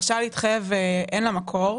הרשאה להתחייב, אין לה מקור.